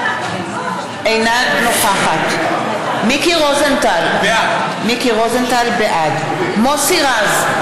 אינה נוכחת מיקי רוזנטל, בעד מוסי רז,